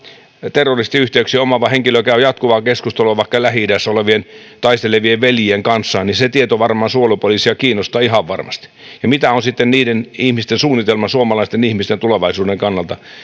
terroristiyhteyksiä omaava henkilö käy jatkuvaa keskustelua vaikka lähi idässä olevien taistelevien veljien kanssa niin se tieto suojelupoliisia kiinnostaa ihan varmasti ja mikä on sitten niiden ihmisten suunnitelma suomalaisten ihmisten tulevaisuuden kannalta